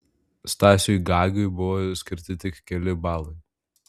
stasiui gagiui buvo skirti tik keli balai